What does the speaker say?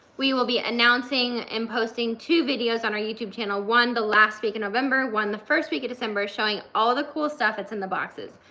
we will be announcing and posting two videos on our youtube channel. one the last week of november, one the first week of december, showing all the cool stuff that's in the boxes.